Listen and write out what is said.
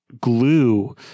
glue